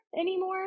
anymore